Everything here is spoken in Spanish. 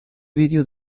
vídeo